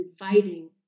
inviting